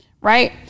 Right